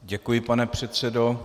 Děkuji, pane předsedo.